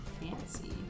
Fancy